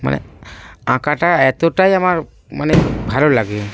মানে আঁকাটা এতটাই আমার মানে ভালো লাগে